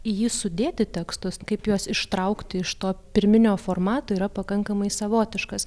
į jį sudėti tekstus kaip juos ištraukti iš to pirminio formato yra pakankamai savotiškas